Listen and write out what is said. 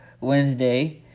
Wednesday